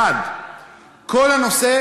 1. כל הנושא